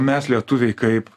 mes lietuviai kaip